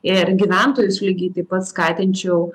ir gyventojus lygiai taip pat skatinčiau